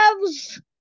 loves